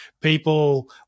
people